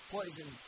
Poison